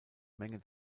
menge